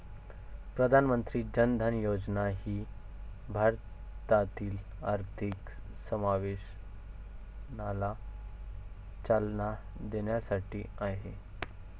प्रधानमंत्री जन धन योजना ही भारतातील आर्थिक समावेशनाला चालना देण्यासाठी आहे